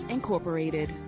Incorporated